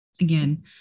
again